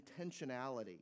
intentionality